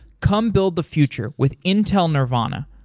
come build the future with intel nervana.